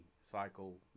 cycle